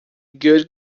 good